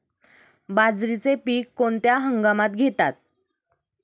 बाजरीचे पीक कोणत्या हंगामात घेतात?